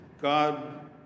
God